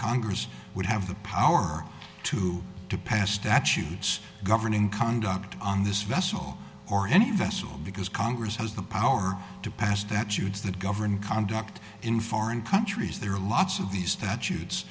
congress would have the power to to pass statutes governing conduct on this vessel or any vessel because congress has the power to pass that shoots that govern conduct in foreign countries there are lots of these